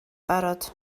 barod